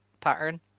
pattern